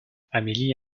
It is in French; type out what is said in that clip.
amélie